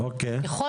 ככול